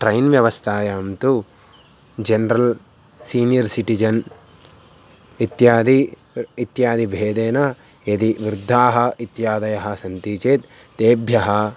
train व्यवस्थायां तु general senior citizen इत्यादि इत्यादि भेदेन यदि वृद्धाः इत्यादयः सन्ति चेत् तेभ्यः